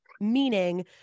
meaning